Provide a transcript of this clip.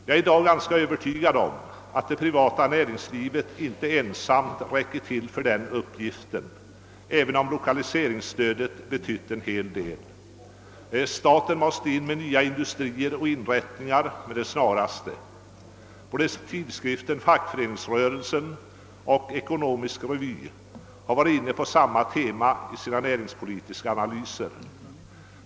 Jag är i dag ganska övertygad om att det privata näringslivet inte ensamt räcker till för den uppgiften, även om lokaliseringsstödet betytt en hel del. Staten måste gå in med nya industrier och inrättningar med det snaraste. Både tidskriften Fackföreningsrörelsen och tidskriften Ekonomisk Revy har varit inne på det temat i sina näringspolitiska analyser.